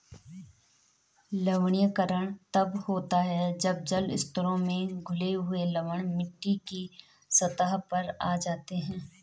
लवणीकरण तब होता है जब जल स्तरों में घुले हुए लवण मिट्टी की सतह पर आ जाते है